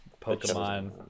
Pokemon